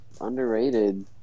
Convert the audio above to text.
underrated